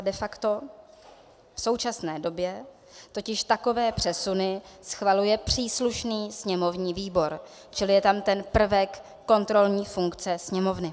V současné době totiž takové přesuny schvaluje příslušný sněmovní výbor, čili je tam ten prvek kontrolní funkce Sněmovny.